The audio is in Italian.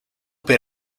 per